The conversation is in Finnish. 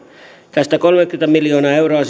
tästä kolmekymmentä miljoonaa euroa